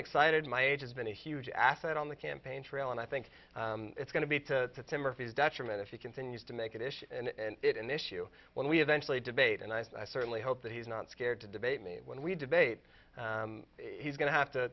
excited my age has been a huge asset on the campaign trail and i think it's going to be to to murphy's detriment if he continues to make a dish and it an issue when we eventually debate and i certainly hope that he's not scared to debate me when we debate he's going to